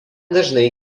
dažnai